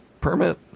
permit